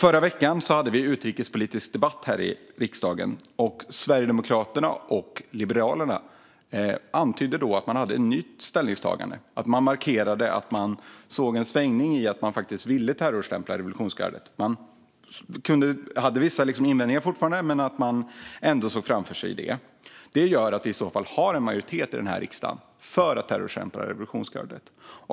I förra veckan hade vi utrikespolitisk debatt här i riksdagen. Sverigedemokraterna och Liberalerna antydde då att de hade ett nytt ställningstagande, att de markerade att de såg en svängning i att de faktiskt ville terrorstämpla revolutionsgardet. De hade fortfarande vissa invändningar men såg ändå detta framför sig. Det gör i så fall att vi har en majoritet i denna riksdag för att terrorstämpla revolutionsgardet.